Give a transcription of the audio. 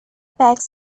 packs